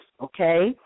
okay